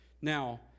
Now